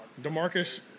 Demarcus